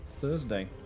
Thursday